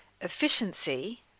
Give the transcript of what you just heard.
efficiency